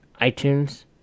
iTunes